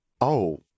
Oh